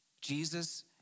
Jesus